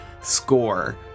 score